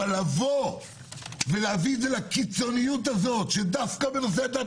אבל לבוא ולהביא את זה לקיצוניות הזאת של דווקא בנושאי הדת